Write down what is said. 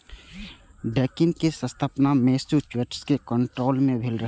Dunkin के स्थापना Massachusetts के कैन्टोन मे भेल रहै